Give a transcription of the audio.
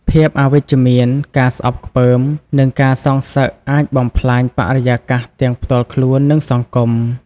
ភាពអវិជ្ជមាន ការស្អប់ខ្ពើម និងការសងសឹក អាចបំផ្លាញបរិយាកាសទាំងផ្ទាល់ខ្លួន និងសង្គម។